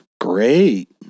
Great